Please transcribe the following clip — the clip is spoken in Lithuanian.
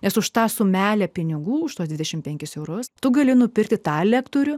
nes už tą sumelę pinigų už tuos dvidešimt penkis eurus tu gali nupirkti tą lektorių